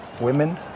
women